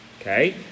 okay